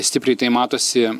stipriai tai matosi